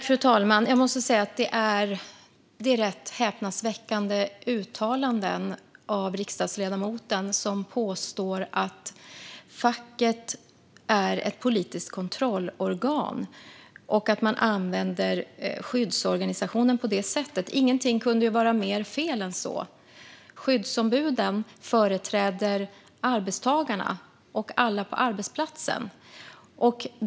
Fru talman! Jag måste säga att det är rätt häpnadsväckande uttalanden av riksdagsledamoten, som påstår att facket är ett politiskt kontrollorgan och att man använder skyddsorganisationen på det sättet. Ingenting kan vara mer fel än så. Skyddsombuden företräder arbetstagarna och alla på arbetsplatsen.